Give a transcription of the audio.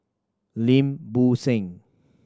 Lim Bo Seng